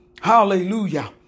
Hallelujah